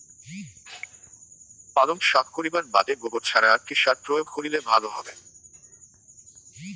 পালং শাক করিবার বাদে গোবর ছাড়া আর কি সার প্রয়োগ করিলে ভালো হবে?